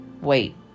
Wait